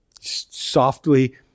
Softly